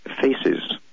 faces